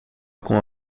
com